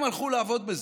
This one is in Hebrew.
הם הלכו לעבוד בזה.